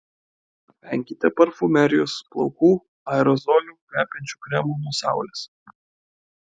venkite parfumerijos plaukų aerozolių kvepiančių kremų nuo saulės